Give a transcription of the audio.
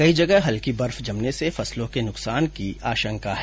कई जगह हल्की बर्फ जमने से फसलों में नुकसान की आशंका है